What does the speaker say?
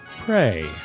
Pray